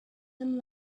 them